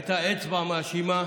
הייתה אצבע מאשימה